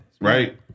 Right